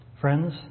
Friends